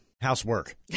housework